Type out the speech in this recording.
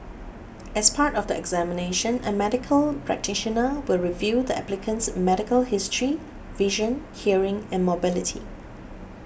as part of the examination a medical practitioner will review the applicant's medical history vision hearing and mobility